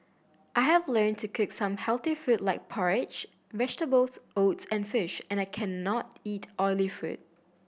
I have learned to cook some healthy food like porridge vegetables oats and fish and I cannot eat oily food